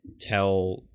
tell